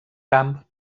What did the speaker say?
camp